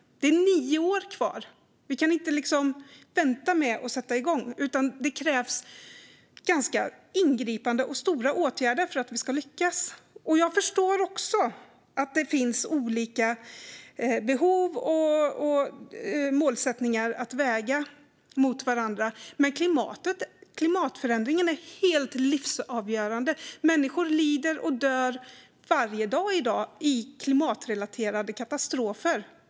Det är nio år kvar. Vi kan inte vänta med att sätta igång, utan det krävs ganska ingripande och stora åtgärder för att vi ska lyckas. Jag förstår också att det finns olika behov och mål att väga mot varandra, men klimatförändringen är helt livsavgörande. Människor lider och dör varje dag i klimatrelaterade katastrofer.